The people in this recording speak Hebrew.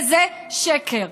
זה שקר.